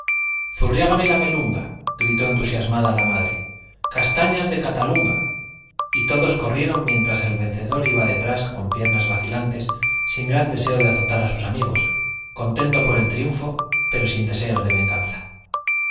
zurriágame la melunga gritó entusiasmada la madre castañas de catalunga y todos corrieron mientras el vencedor iba detrás con piernas vacilantes sin gran deseo de azotar a sus amigos contento con el triunfo pero sin deseos de venganza